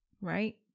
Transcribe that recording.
right